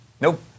Nope